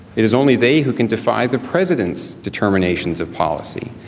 it is only they who can defy the president's determinations of policy.